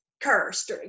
cursed